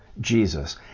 jesus